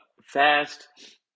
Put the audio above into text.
fast